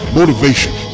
motivation